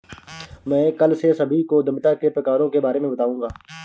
मैं कल से सभी को उद्यमिता के प्रकारों के बारे में बताऊँगा